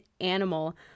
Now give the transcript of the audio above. animal